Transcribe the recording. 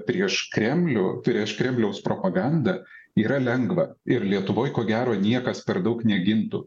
prieš kremlių prieš kremliaus propagandą yra lengva ir lietuvoj ko gero niekas per daug negintų